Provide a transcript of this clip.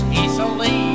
easily